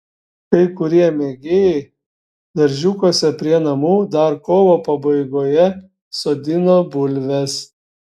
kai kurie mėgėjai daržiukuose prie namų dar kovo pabaigoje sodino bulves